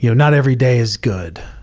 you know not every day is good,